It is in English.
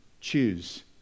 choose